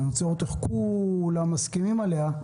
אני רוצה לראות איך כ-ו-ל-ם מסכימים עליה,